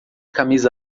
camisa